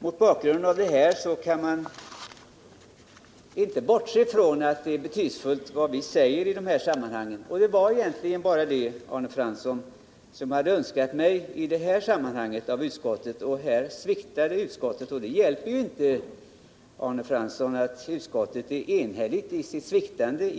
Mot denna bakgrund kan man inte bortse från att det är betydelsefullt vad vi säger i dessa sammanhang. Det var egentligen bara det, Arne Fransson, som jag hade önskat mig av utskottet i detta sammanhang. Men där sviktar alltså utskottet. Och det hjälper inte, Arne Fransson, att utskottet är enhälligt i sitt sviktande.